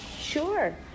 Sure